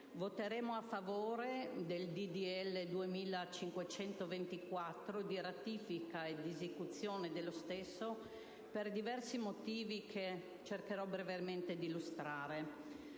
Voteremo a favore del disegno di legge n. 2524 di ratifica e di esecuzione dello stesso per diversi motivi che cercherò, brevemente di illustrare.